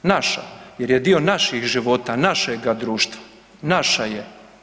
Naša, jer je dio našeg života, našega društva, naša je.